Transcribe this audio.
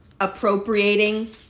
appropriating